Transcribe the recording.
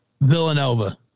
Villanova